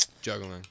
Juggling